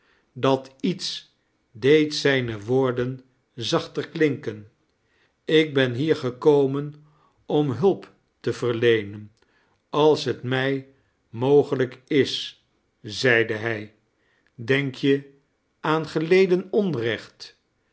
dat iets deed zijrie woorden zachter klinken ik ben hier gekomen om hulp te verleenen als t mij mogelijk is zeide hij denk je aan geleden onrecht